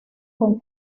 con